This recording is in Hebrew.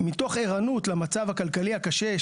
מתוך ערנות למצב הכלכלי הקשה,